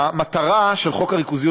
המטרה של חוק הריכוזיות,